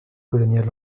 coloniale